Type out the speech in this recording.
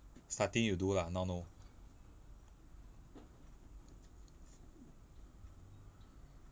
starting you do lah now no